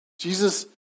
Jesus